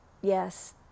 yes